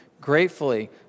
gratefully